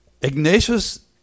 Ignatius